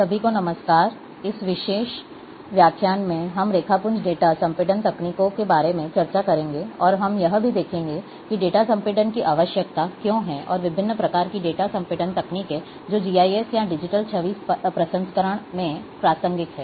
सभी को नमस्कार इस विशेष व्याख्यान में हम रेखापुंज डेटा संपीड़न तकनीकों के बारे में चर्चा करेंगे और हम यह भी देखेंगे कि डेटा संपीड़न की आवश्यकता क्यों है और विभिन्न प्रकार की डेटा संपीड़न तकनीकें जो जीआईएस या डिजिटल छवि प्रसंस्करण में प्रासंगिक हैं